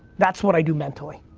that's what i do mentally.